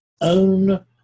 own